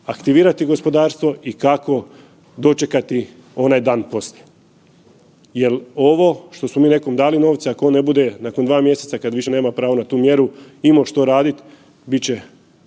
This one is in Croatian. aktivirati gospodarstvo i kako dočekati onaj dan poslije. Jel ovo što smo mi nekom dali novce ako on ne bude nakon 2 mjeseca kad više nema pravo na tu mjeru imao što radit bit će,